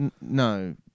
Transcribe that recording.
No